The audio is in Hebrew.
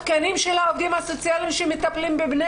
התקנים של העובדים הסוציאליים שמטפלים בבני